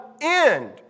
end